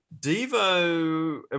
Devo